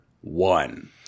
one